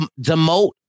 demote